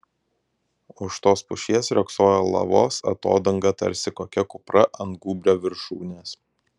už tos pušies riogsojo lavos atodanga tarsi kokia kupra ant gūbrio viršūnės